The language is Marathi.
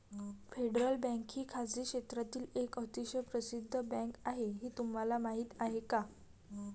फेडरल बँक ही खासगी क्षेत्रातील एक अतिशय प्रसिद्ध बँक आहे हे तुम्हाला माहीत आहे का?